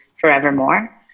forevermore